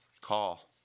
call